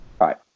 Right